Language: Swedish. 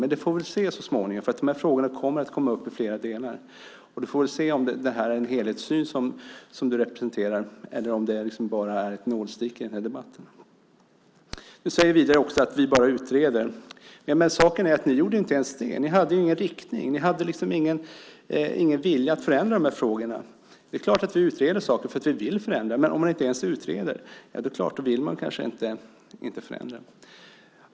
Men det får vi väl se så småningom, för de här frågorna kommer att komma upp i flera delar. Vi får se om det är en helhetssyn som du representerar, Berit Högman, eller om det bara är ett nålstick i den här debatten. Du säger vidare att vi bara utreder. Men saken är att ni inte gjorde ens det. Ni hade ingen riktning. Ni hade ingen vilja att förändra de här frågorna. Det är klart att vi utreder saker, för vi vill förändra. Men om man inte ens utreder, ja, det är klart, då vill man kanske inte förändra.